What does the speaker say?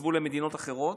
עזבו למדינות אחרות.